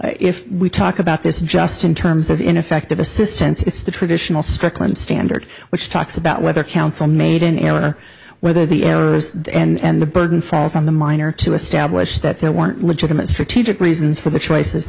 if we talk about this just in terms of ineffective assistance it's the traditional strickland standard which talks about whether council made an error or whether the errors and the burden falls on the minor to establish that there were legitimate strategic reasons for the choices